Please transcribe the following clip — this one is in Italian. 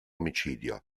omicidio